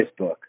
Facebook